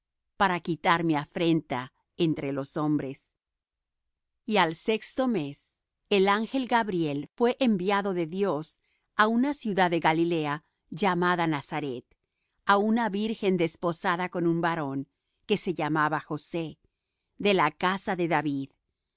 para quitar mi afrenta entre los hombres y al sexto mes el ángel gabriel fué enviado de dios á una ciudad de galilea llamada nazaret a una virgen desposada con un varón que se llamaba josé de la casa de david